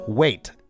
Wait